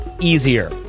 easier